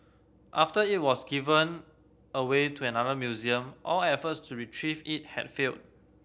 after it was given away to another museum all efforts to retrieve it had failed